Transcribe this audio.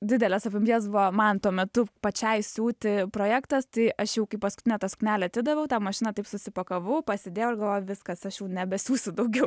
didelės apimties buvo man tuo metu pačiai siūti projektas tai aš jau kaip paskutinę tą suknelę atidaviau tą mašiną taip susipakavau pasidėjau ir galvojau viskas aš jau nebesiųsti daugiau